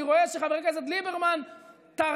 אני רואה שחבר הכנסת ליברמן טרח